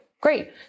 Great